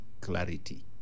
clarity